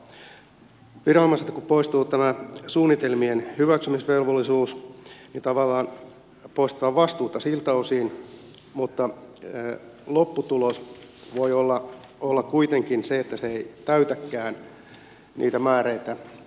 viranomaiselta kun poistuu tämä suunnitelmien hyväksymisvelvollisuus niin tavallaan poistetaan vastuuta siltä osin mutta lopputulos voi olla kuitenkin se että se mitä tehdään ei täytäkään niitä määreitä